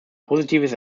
positives